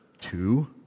two